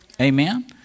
Amen